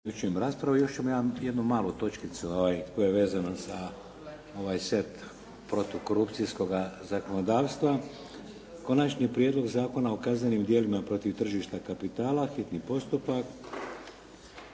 Vladimir (HDZ)** Još ćemo jednu malu točkicu koja je vezana za ovaj set protukorupcijskoga zakonodavstva. - Konačni prijedlog Zakona o kaznenim djelima protiv tržišta kapitala, hitni postupak,